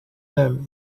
them